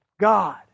God